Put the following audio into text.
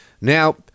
Now